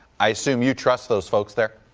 i assume you trust those folks there?